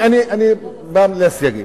אני בא לסייגים.